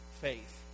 faith